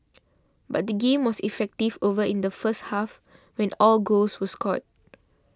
but the game was effective over in the first half when all goals were scored